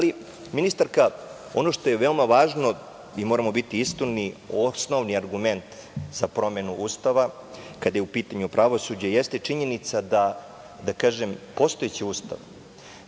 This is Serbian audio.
ministarka, ono što je veoma važno i, moramo biti iskreni, osnovni argument za promenu Ustava kada je u pitanju pravosuđe jeste činjenica da postojeći Ustav